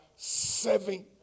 Seven